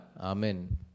Amen